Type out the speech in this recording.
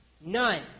None